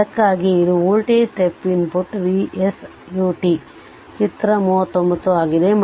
ಅದಕ್ಕಾಗಿಯೇ ಇದು voltage step input V s ut ಚಿತ್ರ 39 ಆಗಿದೆ